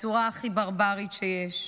בצורה הכי ברברית שיש.